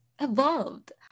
evolved